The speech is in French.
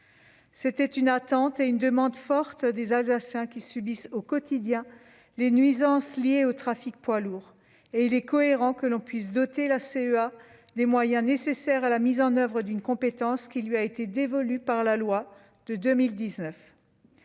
à une attente et à une demande forte des Alsaciens, qui subissent au quotidien les nuisances liées au trafic des poids lourds. Il est cohérent de doter la CEA des moyens nécessaires à la mise en oeuvre d'une compétence qui lui est dévolue par la loi de 2019.